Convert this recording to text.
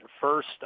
First